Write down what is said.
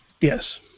Yes